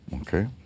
okay